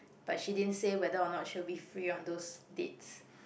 but she didn't say whether or not she'll be free on those dates